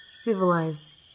civilized